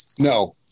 No